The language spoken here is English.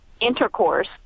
intercourse